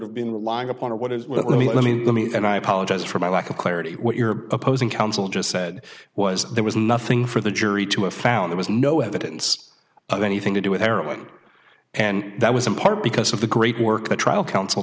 have been relying upon or what is what let me let me let me and i apologize for my lack of clarity what your opposing counsel just said was there was nothing for the jury to have found there was no evidence of anything to do with heroin and that was in part because of the great work the trial coun